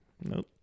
Nope